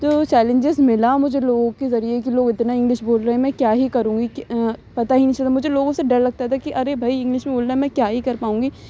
تو چیلنجیز ملا مجھے لوگوں کے ذریعے کہ لوگ اتنا انگلش بول رہے ہیں میں کیا ہی کروں گی کہ پتہ ہی نہیں چلا مجھے لوگوں سے ڈر لگتا تھا کہ ارے بھائی انگلش میں بولنا ہے میں کیا ہی کر پاؤں گی